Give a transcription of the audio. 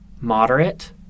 moderate